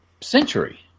century